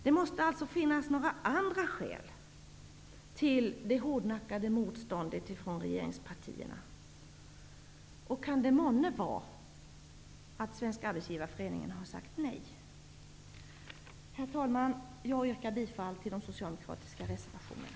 Det måste finnas några andra skäl till det hårdnackade motståndet från regeringspartierna. Kan det månne vara att Svenska arbetsgivareföreningen har sagt nej? Herr talman! Jag yrkar bifall till de socialdemokratiska reservationerna.